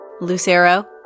Lucero